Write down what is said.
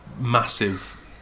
massive